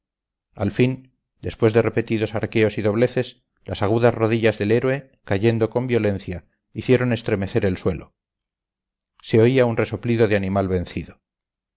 al fin después de repetidos arqueos y dobleces las agudas rodillas del héroe cayendo con violencia hicieron estremecer el suelo se oía un resoplido de animal vencido